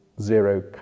zero